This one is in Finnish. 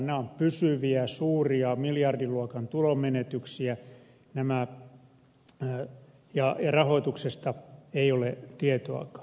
nämä ovat pysyviä suuria miljardiluokan tulonmenetyksiä ja rahoituksesta ei ole tietoakaan